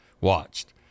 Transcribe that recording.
watched